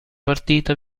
partita